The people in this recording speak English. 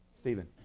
Stephen